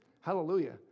Hallelujah